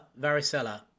varicella